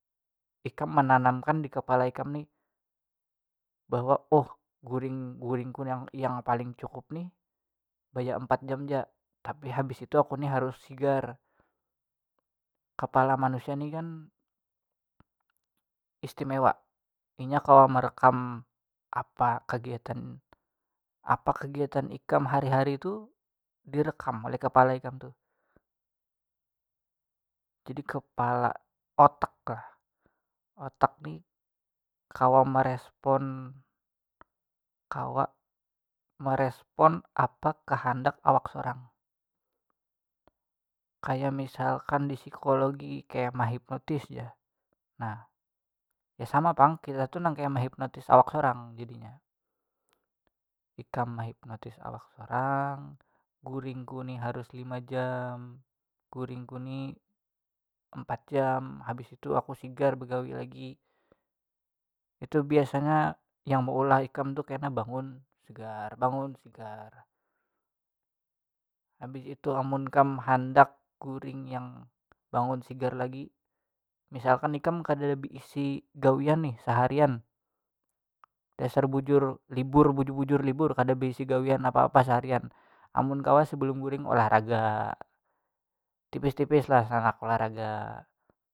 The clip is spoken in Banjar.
Ikam menanam kan di kepala ikam nih bahwa oh guring guring ku yang yang paling cukup nih baya empat jam tapi habis itu aku nih harus sigar kepala manusia nih kan istimewa inya kawa merekam apa kegiatan apa kegiatan ikam hari hari tu direkam oleh kepala ikam tuh jadi kepala otak lah otak ni kawa merespon kawa merespon apa kahandak awak sorang kaya misalkan di psikologi kaya mehipnotis jar nah ya sama pang kita tuh nang kaya mehipnotis awak sorang jadinya ikam mehipnotis awak sorang guring ku nih harus lima jam guring ku nih empat jam habis itu aku sigar begawi lagi itu biasanya yang maulah ikam tu kena bangun sigar bangun sigar habis itu amun kam handak guring yang bangun sigar lagi misalkan ikam kadada baisi gawian nih seharian dasar bujur libur bujur bujur libur kada baisi gawian apa apa seharian amun kawa sebelum guring olahraga tipis tipis lah sanak olahraga.